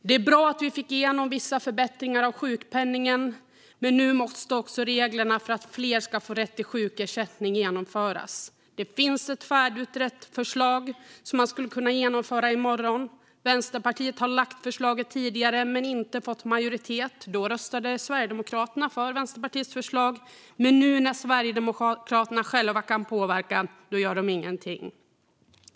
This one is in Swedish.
Det är bra att vi fick igenom vissa förbättringar av sjukpenningen, men nu måste också reglerna för att fler ska få rätt till sjukersättning genomföras. Det finns ett färdigutrett förslag som man skulle kunna genomföra i morgon. Vänsterpartiet har lagt fram förslaget tidigare men inte fått majoritet. Då röstade Sverigedemokraterna för Vänsterpartiets förslag. Men nu när Sverigedemokraterna själva kan påverka gör de ingenting.